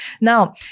Now